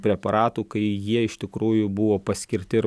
preparatų kai jie iš tikrųjų buvo paskirti ir